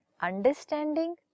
understanding